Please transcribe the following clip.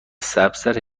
سبزتر